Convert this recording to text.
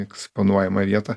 eksponuojamą vietą